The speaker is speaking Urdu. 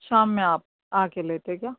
شام میں آپ آکے لے کے جاؤ